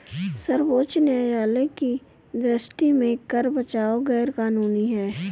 सर्वोच्च न्यायालय की दृष्टि में कर बचाव गैर कानूनी है